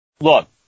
look